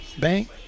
bank